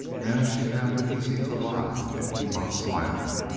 now she found it easy to lie and keep on smiling.